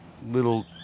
little